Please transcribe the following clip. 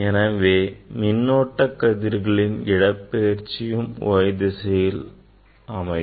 எனவே மின்னோட்ட கதிர்களின் இடப்பெயர்ச்சியும் y திசையில் அமையும்